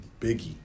Biggie